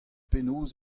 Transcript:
penaos